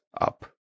up